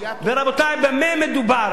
ורבותי, במה מדובר?